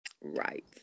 Right